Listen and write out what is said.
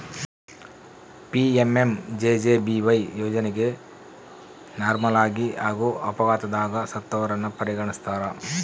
PMMJJBY ಯೋಜನೆಗ ನಾರ್ಮಲಾಗಿ ಹಾಗೂ ಅಪಘಾತದಗ ಸತ್ತವರನ್ನ ಪರಿಗಣಿಸ್ತಾರ